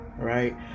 Right